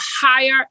Higher